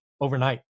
overnight